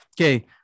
Okay